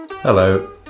Hello